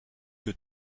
que